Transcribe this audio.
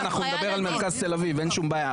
שנייה, אנחנו נדבר על מרכז תל אביב, אין שום בעיה.